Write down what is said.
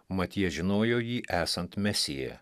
mat jie žinojo jį esant mesiją